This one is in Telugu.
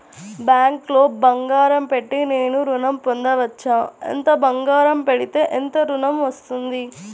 బ్యాంక్లో బంగారం పెట్టి నేను ఋణం పొందవచ్చా? ఎంత బంగారం పెడితే ఎంత ఋణం వస్తుంది?